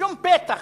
שום פתח